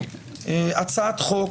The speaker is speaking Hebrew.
הצעת חוק